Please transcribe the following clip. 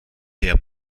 der